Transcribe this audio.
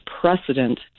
precedent